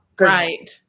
Right